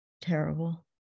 terrible